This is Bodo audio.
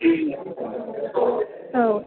औ